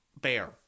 bear